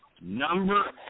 Number